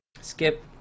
Skip